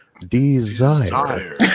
desire